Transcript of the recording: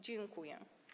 Dziękuję.